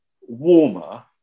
warmer